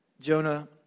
Jonah